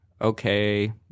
okay